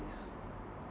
s~